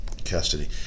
custody